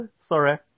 Sorry